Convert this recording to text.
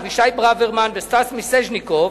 אבישי ברוורמן וסטס מיסז'ניקוב,